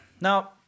Now